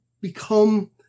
become